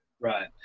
Right